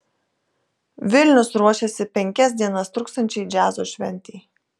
vilnius ruošiasi penkias dienas truksiančiai džiazo šventei